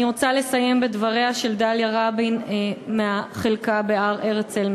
אני רוצה לסיים בדבריה של דליה רבין מהחלקה בהר-הרצל,